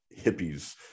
hippies